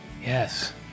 Yes